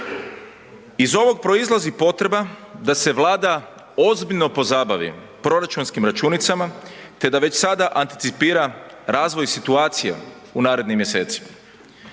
Iz ovog proizlazi potreba da se Vlada ozbiljno pozabavi proračunskim računicama te da već sada anticipira razvoj situacije u narednim mjesecima.